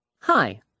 Hi